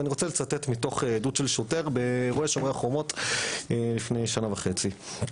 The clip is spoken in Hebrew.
ואני רוצה לצטט מתוך עדות של שוטר באירועי "שומר החומות" לפני שנה וחצי,